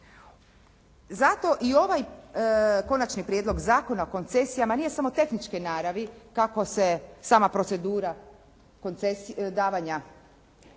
Zato i ovaj Konačni prijedlog Zakona o koncesijama nije samo tehničke naravi kako se sama procedura davanja i